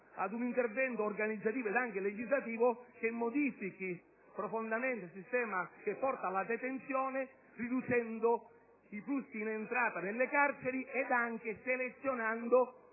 ad un intervento organizzativo e legislativo che modifichi profondamente il sistema che porta alla detenzione, riducendo i flussi in entrata nelle carceri e selezionando